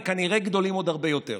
וכנראה גדולים עוד הרבה יותר.